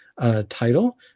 title